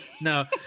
No